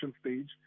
stage